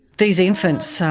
these infants,